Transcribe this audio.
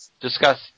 Discuss